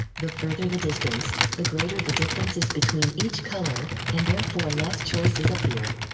the further the distance, the greater the difference is between each color, and therefore less choices appear.